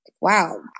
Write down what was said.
Wow